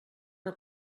una